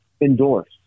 endorse